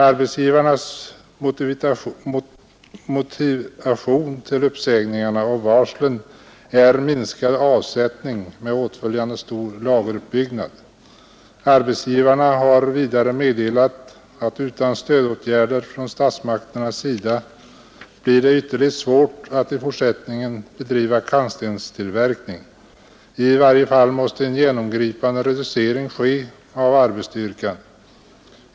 Arbetsgivarnas motivation till uppsägningarna och varslen är minskad avsättning med åtföljande stor lageruppbyggnad. Arbetsgivarna har vidare meddelat att utan stödåtgärder från statsmakternas sida blir det ytterligt svårt att i fortsättningen bedriva kantstenstillverkning; i varje fall måste en genomgripande reducering ske av arbetsstyrkan.